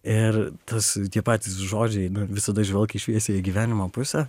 ir tas tie patys žodžiai visada žvelk į šviesiąją gyvenimo pusę